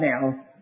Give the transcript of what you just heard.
now